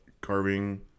carving